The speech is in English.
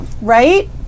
Right